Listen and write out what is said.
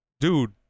dude